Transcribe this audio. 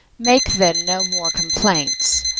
make, then, no more complaints.